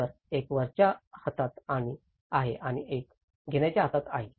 तर एक वरच्या हातात आहे आणि एक घेण्याच्या हातात आहे